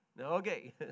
Okay